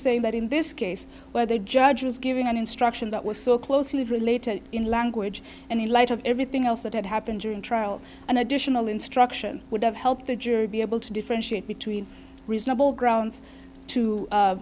saying that in this case where the judge was giving an instruction that was so closely related in language and in light of everything else that had happened during trial an additional instruction would have helped the jury be able to differentiate between reasonable grounds to